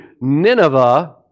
Nineveh